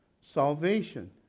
salvation